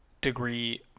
degree